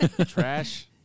trash